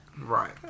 Right